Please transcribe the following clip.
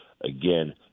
Again